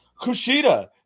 Kushida